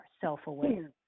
self-aware